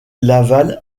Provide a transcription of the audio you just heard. laval